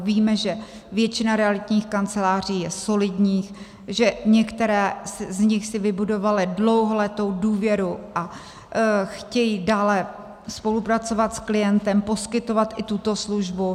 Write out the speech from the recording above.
Víme, že většina realitních kanceláří je solidních, že některé z nich si vybudovaly dlouholetou důvěru a chtějí dále spolupracovat, poskytovat i tuto službu.